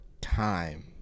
time